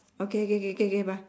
okay K K K bye